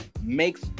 makes